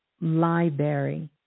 library